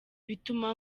bituma